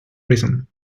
reason